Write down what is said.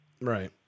Right